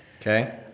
Okay